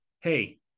hey